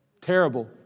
Terrible